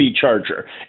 charger